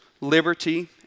liberty